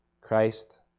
Christ